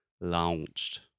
launched